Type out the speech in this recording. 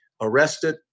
arrested